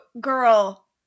girl